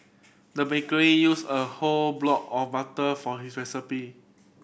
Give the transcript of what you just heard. the baker used a whole block of butter for his recipe